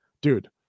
dude